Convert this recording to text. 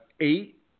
eight